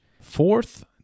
Fourth